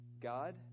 God